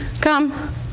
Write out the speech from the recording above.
come